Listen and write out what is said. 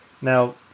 Now